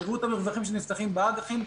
תראו את המרווחים שנפתחים באג"חים,